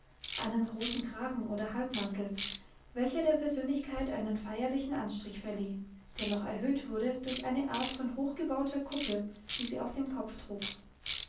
einen großen kragen oder halbmantel welcher der persönlichkeit einen feierlichen anstrich verlieh der noch erhöht wurde durch eine art von hoch gebauter kuppel die sie auf dem kopf trug